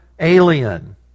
alien